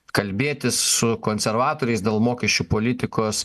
kalbėtis su konservatoriais dėl mokesčių politikos